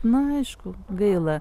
na aišku gaila